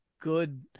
good